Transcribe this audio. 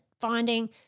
finding